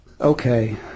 Okay